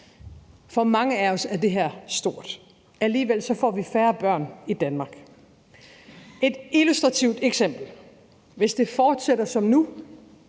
For mange af os er det her stort. Alligevel får vi færre børn i Danmark. Lad mig give et illustrativt eksempel: Hvis det fortsætter som nu